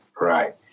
Right